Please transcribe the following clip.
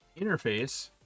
interface